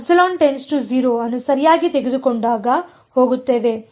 ಆದ್ದರಿಂದ ನಾವು ಅನ್ನು ಸರಿಯಾಗಿ ತೆಗೆದುಕೊಂಡಾಗ ಹೋಗುತ್ತೇವೆ